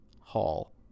Hall